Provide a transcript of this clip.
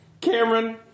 Cameron